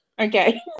Okay